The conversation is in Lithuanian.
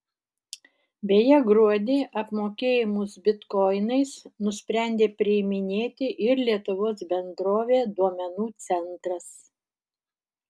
beje gruodį apmokėjimus bitkoinais nusprendė priiminėti ir lietuvos bendrovė duomenų centras